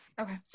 Okay